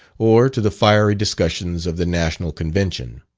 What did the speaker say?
or to the fiery discussions of the national convention.